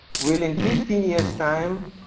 will, in fifteen years' time,